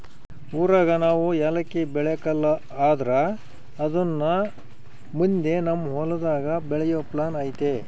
ಊರಾಗ ನಾವು ಯಾಲಕ್ಕಿ ಬೆಳೆಕಲ್ಲ ಆದ್ರ ಅದುನ್ನ ಮುಂದೆ ನಮ್ ಹೊಲದಾಗ ಬೆಳೆಯೋ ಪ್ಲಾನ್ ಐತೆ